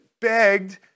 begged